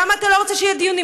למה אתה לא רוצה שיהיה דיון?